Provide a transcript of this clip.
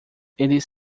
eles